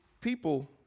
people